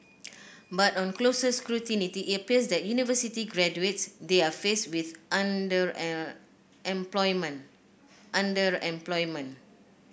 but on closer scrutiny it appears that university graduates there are faced with under an employment underemployment